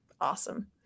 Awesome